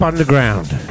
Underground